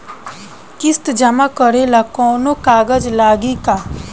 किस्त जमा करे ला कौनो कागज लागी का?